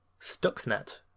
Stuxnet